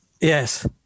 Yes